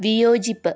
വിയോചിപ്പ്